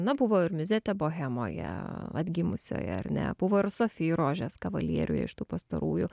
na buvo ir miuzetė bohemoje atgimusioje ar ne buvo ir sofi rožės kavalieriuj iš tų pastarųjų